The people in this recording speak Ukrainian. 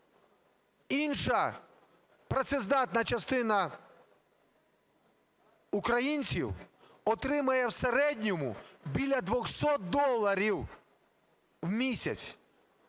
інша працездатна частина українців отримує в середньому біля 200 доларів в місяць.